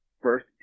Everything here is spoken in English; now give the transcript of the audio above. first